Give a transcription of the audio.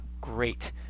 great